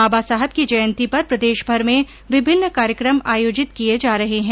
बाबा साहब की जयन्ती पर प्रदेशभर में विभिन्न कार्यक्रम आयोजित किए जा रहे है